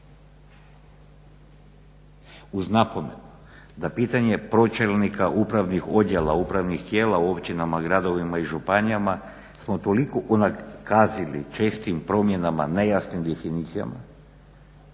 Uz napomenu da pitanje pročelnika upravnih odjela, upravnih tijela u općinama, gradovima i županijama smo toliko unakazili čestim promjenama, nejasnim definicijama